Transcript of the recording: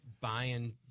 buying